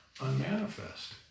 unmanifest